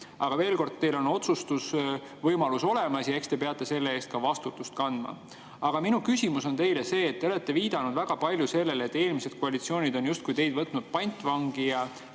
Aga veel kord, teil on otsustusvõimalus olemas ja te peate selle eest ka vastutust kandma. Minu küsimus teile on see. Te olete viidanud väga palju sellele, et eelmised koalitsioonid on teid justkui pantvangi